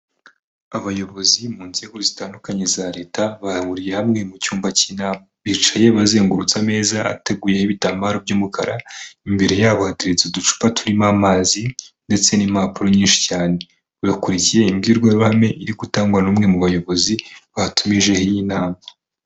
Abayobozi mu nzego zitandukanye za leta bahuriye hamwe mu cyumba cy'inama. Bicaye bazengurutse ameza ateguyeho ibitambaro by'umukara, imbere ya bo hateretse uducupa turimo amazi ndetse n'impapuro nyinshi cyane. Bakurikiye imbwirwarume iri gutangwa n'umwe mu bayobozi batumije iyi nama.